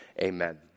amen